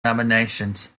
nominations